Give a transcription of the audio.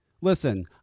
Listen